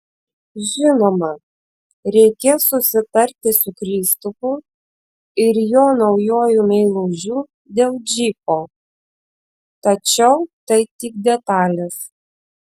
žinoma reikės susitarti su kristupu ir jo naujuoju meilužiu dėl džipo tačiau tai tik detalės